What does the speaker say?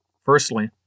Firstly